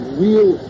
real